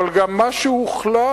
אבל גם מה שהוחלט,